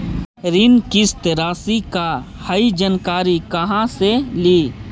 ऋण किस्त रासि का हई जानकारी कहाँ से ली?